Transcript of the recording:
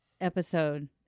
episode